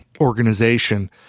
organization